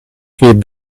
feed